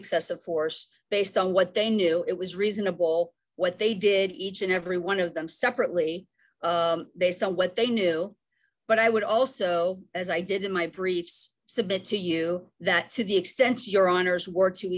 excessive force based on what they knew it was reasonable what they did each and every one of them separately based on what they knew but i would also as i did in my briefs submit to you that to the extent your honors were to